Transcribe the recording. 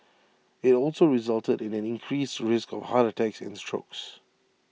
IT also resulted in an increased risk of heart attacks and strokes